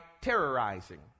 terrorizing